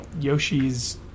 Yoshi's